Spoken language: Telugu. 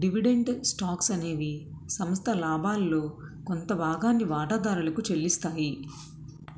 డివిడెండ్ స్టాక్స్ అనేవి సంస్థ లాభాల్లో కొంత భాగాన్ని వాటాదారులకు చెల్లిస్తాయి